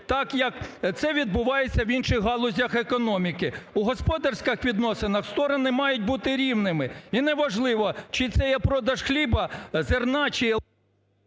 так, як це відбувається в інших галузях економіки. У господарських відносинах сторони мають бути рівними, і неважливо, чи це є продаж хліба, зерна, чи…